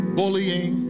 bullying